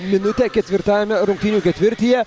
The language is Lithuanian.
minutę ketvirtajame rungtynių ketvirtyje